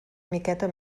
miqueta